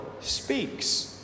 speaks